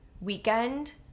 weekend